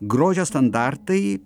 grožio standartai